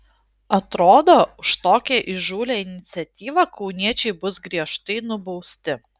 atrodo už tokią įžūlią iniciatyvą kauniečiai bus griežtai nubausti